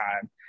time